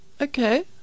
Okay